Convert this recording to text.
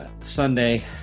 Sunday